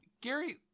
Gary